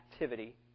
activity